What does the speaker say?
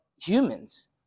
humans